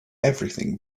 everything